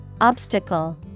Obstacle